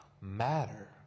matter